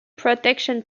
protection